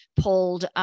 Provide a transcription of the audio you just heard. pulled –